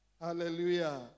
Hallelujah